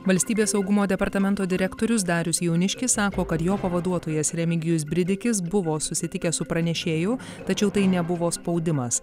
valstybės saugumo departamento direktorius darius jauniškis sako kad jo pavaduotojas remigijus bridikis buvo susitikęs su pranešėju tačiau tai nebuvo spaudimas